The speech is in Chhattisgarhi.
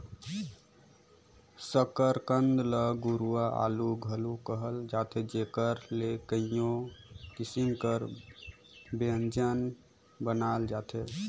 सकरकंद ल गुरूवां आलू घलो कहल जाथे जेकर ले कइयो किसिम कर ब्यंजन बनाल जाथे